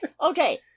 okay